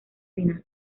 final